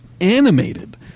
animated